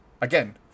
again